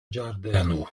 ĝardeno